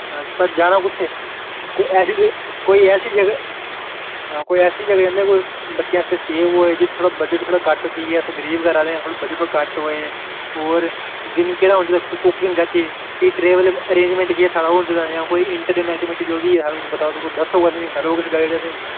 अ जाना कुत्थें कोई ऐसी कोई ऐसी जगह कोई ऐसी जगह जंदे बच्चें आस्तै सेफ होऐ थोह्ड़ा बजट घट्ट की अस गरीब घरै देआं बजट घट्ट होऐ होर दिन केह्ड़ा मतलब कुत्थें जाह्चै कि ट्रैवल अरेंज़मेंट केह्ड़ा जां कोई एंटरटेनमेंट एक्टीविटी ओह् करो असें ई किश गाईड